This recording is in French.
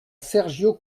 sergio